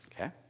Okay